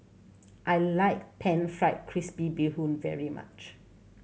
I like Pan Fried Crispy Bee Hoon very much